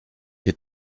hier